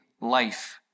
life